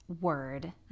word